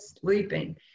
sleeping